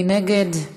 מי נגד?